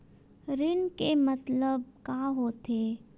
ऋण के मतलब का होथे?